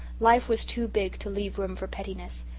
life was too big to leave room for pettiness.